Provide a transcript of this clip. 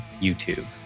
YouTube